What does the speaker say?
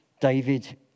David